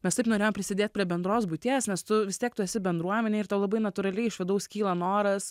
mes taip norėjom prisidėt prie bendros būties nes tu vis tiek tu esi bendruomenėj ir tau labai natūraliai iš vidaus kyla noras